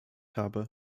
habe